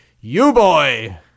You-Boy